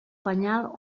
penyal